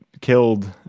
killed